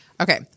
Okay